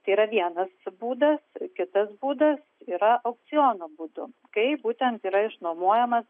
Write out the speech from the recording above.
tai yra vienas būdas ir kitas būdas yra aukciono būdu kai būtent yra išnuomojamas